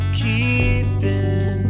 keeping